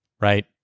right